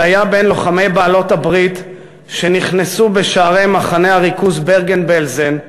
שהיה בין לוחמי בעלות-הברית שנכנסו בשערי מחנה הריכוז ברגן-בלזן,